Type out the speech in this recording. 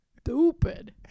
stupid